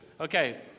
Okay